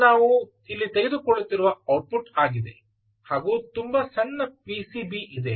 ಇದು ನಾವು ಇಲ್ಲಿ ತೆಗೆದುಕೊಳ್ಳುತ್ತಿರುವ ಔಟ್ಪುಟ್ ಆಗಿದೆ ಹಾಗೂ ತುಂಬಾ ಸಣ್ಣ ಪಿಸಿಬಿ ಇದೆ